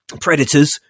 predators